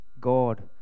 God